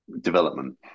development